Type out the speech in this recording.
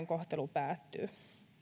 kohtelu päättyy